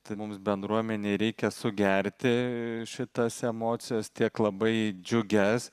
tai mums bendruomenei reikia sugerti šitas emocijas tiek labai džiugias